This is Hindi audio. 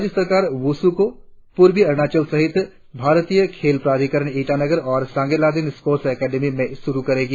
राज्य सरकार वुशु को पूर्वी अरुणाचल सहित भारतीय खेल प्राधिकरण ईटानगर और सांगे लाहदेन स्पोर्ट्स अकादमी में शुरु करेगी